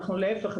להיפך,